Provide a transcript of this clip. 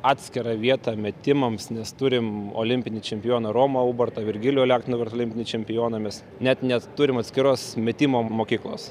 atskirą vietą metimams nes turim olimpinį čempioną romą ubartą virgilijų alekną olimpinį čempioną mes net neturim atskiros metimo mokyklos